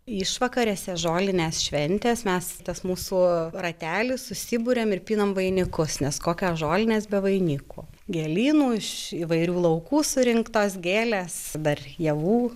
išvakarėse žolinės šventės mes tas mūsų ratelis susiburiam ir pinam vainikus nes kokios žolinės be vainikų gėlynų iš įvairių laukų surinktos gėlės dar javų